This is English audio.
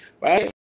right